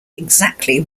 exactly